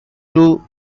two